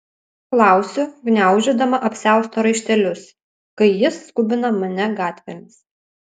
klausiu gniaužydama apsiausto raištelius kai jis skubina mane gatvėmis